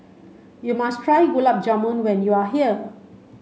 you must try Gulab Jamun when you are here